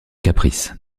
caprice